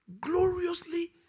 gloriously